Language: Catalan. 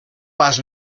pas